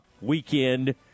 weekend